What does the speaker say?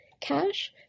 cash